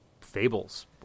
fables